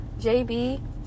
JB